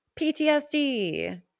PTSD